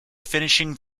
finishing